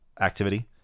activity